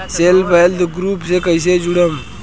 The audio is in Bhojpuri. सेल्फ हेल्प ग्रुप से कइसे जुड़म?